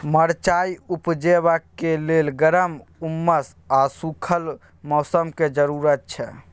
मरचाइ उपजेबाक लेल गर्म, उम्मस आ सुखल मौसमक जरुरत छै